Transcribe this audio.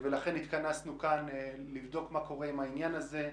ולכן התכנסנו כאן כדי לבדוק מה קורה עם העניין הזה,